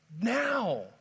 now